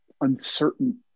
uncertain